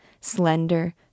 slender